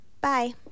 Bye